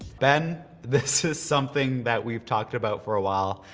ben, this is something that we've talked about for a while.